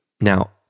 Now